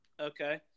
Okay